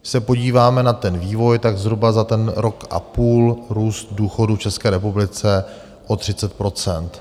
Když se podíváme na ten vývoj, tak zhruba za ten rok a půl růst důchodů v České republice o 30 %.